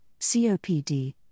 COPD